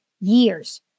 years